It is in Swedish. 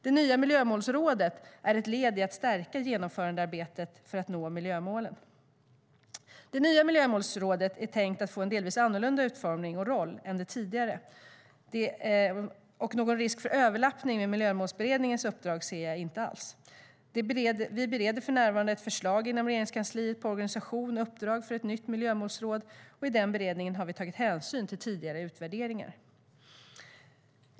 Det nya miljömålsrådet är ett led i att stärka genomförandearbetet för att nå miljömålen. Det nya miljömålsrådet är tänkt att få en delvis annorlunda utformning och roll än det tidigare, och någon risk för överlappning med Miljömålsberedningens uppdrag ser jag inte. Vi bereder för närvarande ett förslag inom Regeringskansliet på organisation och uppdrag för ett nytt miljömålsråd. I den beredningen har vi tagit hänsyn till tidigare utvärderingar.